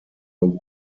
award